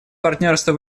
партнерство